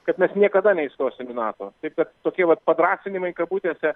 kad mes niekada neįstosim į nato kad tokie vat padrąsinimai kabutėse